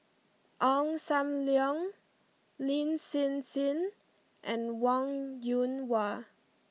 Ong Sam Leong Lin Hsin Hsin and Wong Yoon Wah